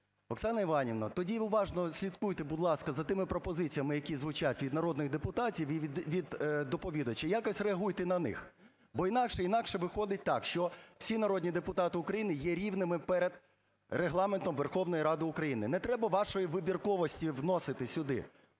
Оксано Іванівно, тоді уважно слідкуйте, будь ласка, за тими пропозиціями, які звучать від народних депутатів і від доповідача, і якось реагуйте на них. Бо інакше виходить так, що всі народні депутати України є рівними перед Регламентом Верховної Ради України, не треба вашої вибірковості вносити сюди.